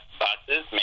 buses